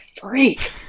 freak